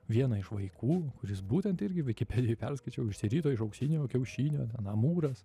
vieną iš vaikų kuris būtent irgi vikipedijoj perskaičiau išsirito iš auksinio kiaušinio ten mūras